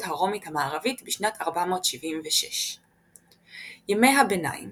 הרומית המערבית בשנת 476. ימי הביניים